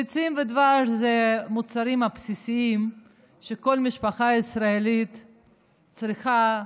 ביצים ודבש הם מוצרים בסיסיים שכל משפחה ישראלית צריכה.